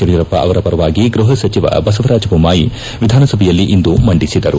ಯಡಿಯೂರಪ್ಪ ಅವರ ಪರವಾಗಿ ಗೃಪ ಸಚಿವ ಬಸವರಾಜ ದೊಮಾಯಿ ವಿಧಾನಸಭೆಯಲ್ಲಿಂದು ಮಂಡಿಸಿದರು